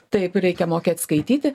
taip reikia mokėt skaityti